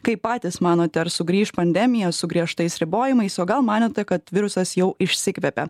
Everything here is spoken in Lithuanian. kaip patys manote ar sugrįš pandemija su griežtais ribojimais o gal manėte kad virusas jau išsikvepia